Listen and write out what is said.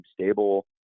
stable